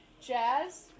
Jazz